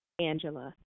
Angela